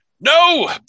No